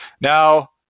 Now